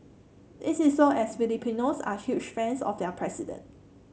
this is so as Filipinos are huge fans of their president